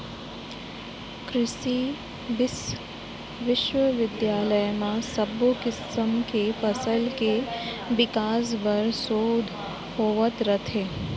कृसि बिस्वबिद्यालय म सब्बो किसम के फसल के बिकास बर सोध होवत रथे